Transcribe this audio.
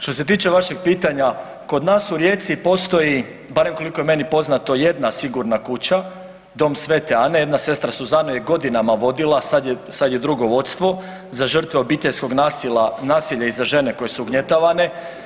Što se tiče vašeg pitanja kod nas u Rijeci postoji, barem koliko je meni poznato jedna sigurna kuća dom Sv.Ane, jedna sestra Suzana ju je godinama vodila, a sad je drugo vodstvo za žrtve obiteljskog nasilja i za žene koje su ugnjetavane.